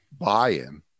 buy-in